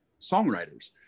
songwriters